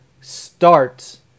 starts